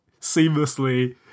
seamlessly